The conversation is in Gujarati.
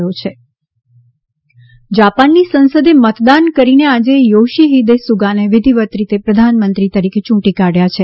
યોશિહિદે સુગા જાપાનની સંસદે મતદાન કરીને આજે યોશિહિદે સુગાને વિધિવત રીતે પ્રધાનમંત્રી તરીકે યૂંટી કાઢ્યા છે